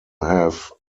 have